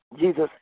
Jesus